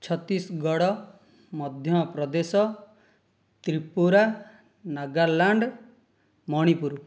Chhattisgarh Madhya Pradesh Tripura Nagaland Manipur